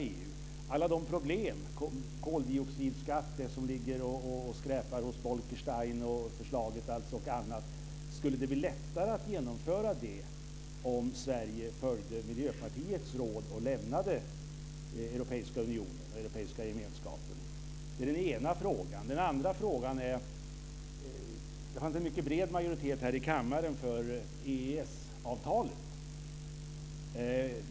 Jag tänker på alla de problem som finns, t.ex. förslaget om koldioxidskatten som ligger och skräpar hos Bolkestein. Skulle det bli lättare att genomföra det om Sverige följde Miljöpartiets råd och lämnade Europeiska unionen, Europeiska gemenskapen? Det är den ena frågan. Den andra frågan gäller att det fanns en mycket bred majoritet i kammaren för EES-avtalet.